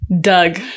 Doug